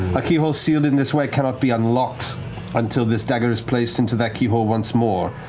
a keyhole sealed in this way cannot be unlocked until this dagger is placed into that keyhole once more.